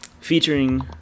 featuring